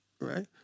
right